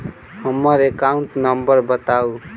हम्मर account number बताऊ?